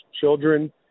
children